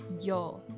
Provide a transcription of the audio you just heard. yo